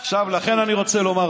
לכן אני רוצה לומר,